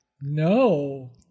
No